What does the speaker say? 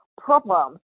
problem